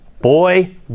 boy